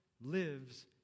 lives